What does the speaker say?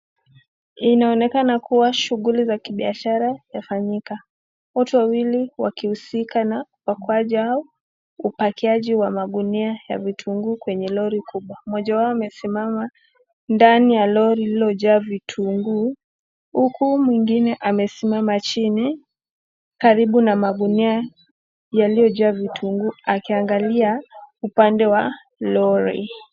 Inaonekana kuwa shughuli za kibiashara yafanyika, watu wawili wakihusika na ...upakiaji wa magunia ya vitunguu kwenye lori kubwa, mmoja wao amesimama ndani ya lori iliyojaa vitunguu huku mwingine amesimama chini karibu na magunia yaliyojaa vitunguu akiangalia upande wa lori.